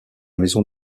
maison